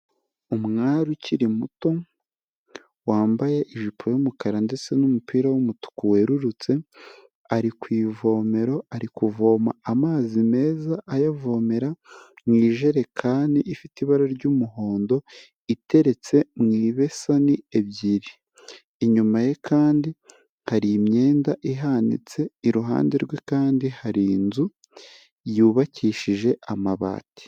Umwari ukiri muto, wambaye ijipo y'umukara ndetse n'umupira w'umutuku wererutse, ari ku ivomero ari kuvoma amazi meza ayavomera mu ijerekani ifite ibara ry'umuhondo, iteretse mu ibesani ebyiri. Inyuma ye kandi hari imyenda ihanitse, iruhande rwe kandi hari inzu yubakishije amabati.